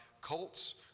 cults